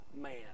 man